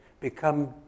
become